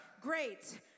great